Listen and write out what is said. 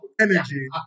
Energy